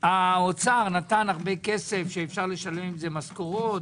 האוצר נתן הרבה כסף שאפשר לשלם עם זה משכורות.